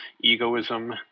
egoism